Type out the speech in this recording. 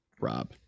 Rob